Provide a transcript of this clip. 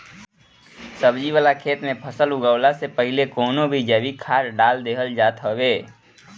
सब्जी वाला खेत में फसल उगवला से पहिले कवनो भी जैविक खाद डाल देहल जात हवे